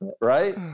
Right